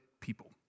people